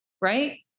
Right